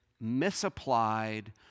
misapplied